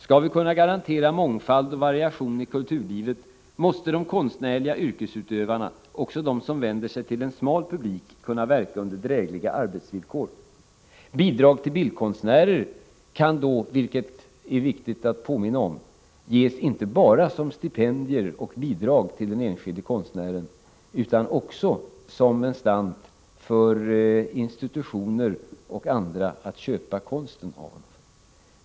Skall vi kunna garantera mångfald och variation i kulturlivet, måste de konstnärliga yrkesutövarna, också de som vänder sig till en smal publik, kunna verka under drägliga arbetsvillkor. Bidrag till bildkonstnärer kan då, vilket är viktigt att påminna om, ges inte bara som stipendier och bidrag till enskilda konstnärer utan också som en slant för institutioner och andra att köpa konst för.